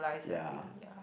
ya